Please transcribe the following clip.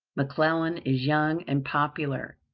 mcclellan is young and popular,